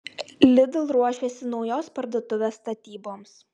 lidl ruošiasi naujos parduotuvės statyboms